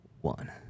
one